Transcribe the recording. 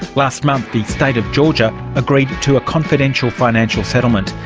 last month the state of georgia agreed to a confidential financial settlement,